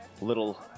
little